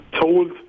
told